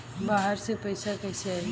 बाहर से पैसा कैसे आई?